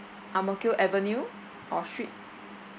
ang mo kio avenue or street